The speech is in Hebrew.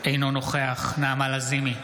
אינו נוכח נעמה לזימי,